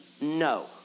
no